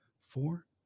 four